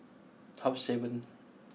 half seven